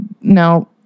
No